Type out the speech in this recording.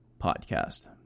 podcast